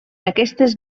aquestes